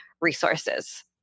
resources